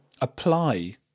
apply